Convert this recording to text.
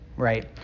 Right